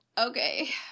Okay